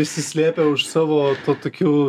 pasislėpę už savo tokių